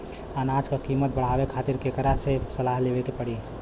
अनाज क कीमत बढ़ावे खातिर केकरा से सलाह लेवे के पड़ी?